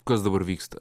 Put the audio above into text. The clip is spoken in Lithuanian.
kas dabar vyksta